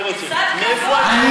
אני רוצה: מאיפה החוצפה,